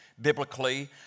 biblically